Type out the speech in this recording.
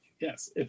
Yes